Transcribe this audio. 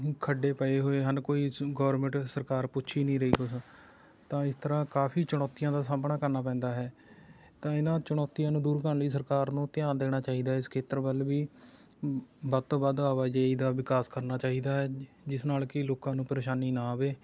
ਖੱਡੇ ਪਏ ਹੋਏ ਹਨ ਕੋਈ ਸ ਗੋਰਮੈਂਟ ਸਰਕਾਰ ਪੁੱਛ ਹੀ ਨਹੀਂ ਕੁਛ ਤਾਂ ਇਸ ਤਰ੍ਹਾਂ ਕਾਫ਼ੀ ਚੁਣੌਤੀਆਂ ਦਾ ਸਾਹਮਣਾ ਕਰਨਾ ਪੈਂਦਾ ਹੈ ਤਾਂ ਇਹਨਾਂ ਚੁਣੌਤੀਆਂ ਨੂੰ ਦੂਰ ਕਰਨ ਲਈ ਸਰਕਾਰ ਨੂੰ ਧਿਆਨ ਦੇਣਾ ਚਾਹੀਦਾ ਹੈ ਇਸ ਖੇਤਰ ਵੱਲ ਵੀ ਵੱਧ ਤੋਂ ਵੱਧ ਆਵਾਜਾਈ ਦਾ ਵਿਕਾਸ ਕਰਨਾ ਚਾਹੀਦਾ ਹੈ ਜਿਸ ਨਾਲ਼ ਕਿ ਲੋਕਾਂ ਨੂੰ ਪ੍ਰੇਸ਼ਾਨੀ ਨਾ ਆਵੇ